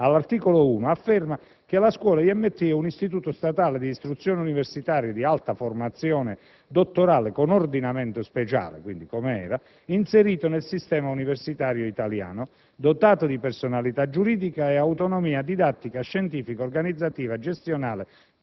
all'articolo 1, comma 1, afferma che la Scuola IMT è «un istituto statale di istruzione universitaria di alta formazione dottorale con ordinamento speciale» - quindi come era - «inserito nel sistema universitario italiano, dotato di personalità giuridica e autonomia didattica, scientifica, organizzativa, gestionale,